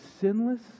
sinless